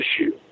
issue